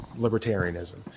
libertarianism